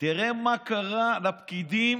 תראה מה קרה לפקידים